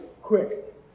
quick